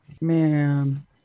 man